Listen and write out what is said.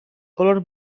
color